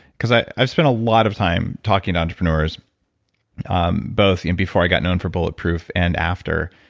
because i've spent a lot of time talking to entrepreneurs um both and before i got known for bulletproof and after.